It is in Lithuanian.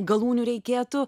galūnių reikėtų